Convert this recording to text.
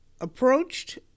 approached